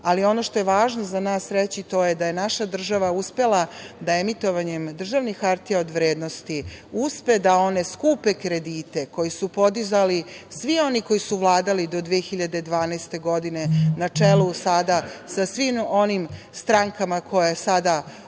što je važno za nas reći to je da je naša država uspela da emitovanjem državnih hartija od vrednosti uspe da one skupe kredite, koji su podizali svi oni koji su vladali do 2012. godine, na čelu sada sa svim onim strankama koje se vodi